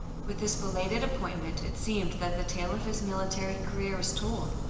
with this belated appointment it seemed that the tale of his military career was told.